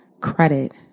credit